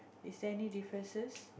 is there any differences